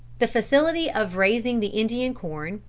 the facility of raising the indian corn,